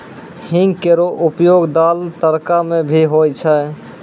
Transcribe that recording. हींग केरो उपयोग दाल, तड़का म भी होय छै